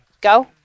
go